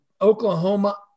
Oklahoma